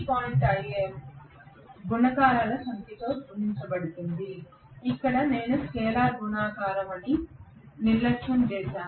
5Im గుణకారాల సంఖ్యతో గుణించబడుతుంది ఇక్కడ నేను స్కేలార్ గుణకారం అని నిర్లక్ష్యం చేశాను